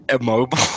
immobile